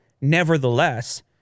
nevertheless